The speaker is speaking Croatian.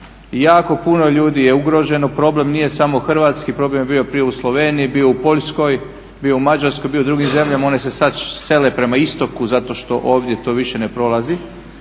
jako puno ljudi je ugroženo, problem nije samo hrvatski, problem je bio prije u Sloveniji, bio u Poljskoj, bio u Mađarskoj, bio u drugim zemalja, one se sada sele prema istoku zato što ovdje to više ne prolazi.